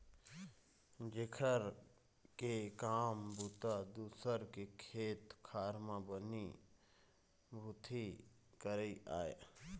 जेखर के काम बूता दूसर के खेत खार म बनी भूथी करई आय